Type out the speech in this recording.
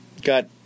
Got